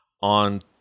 on